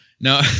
No